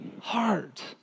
heart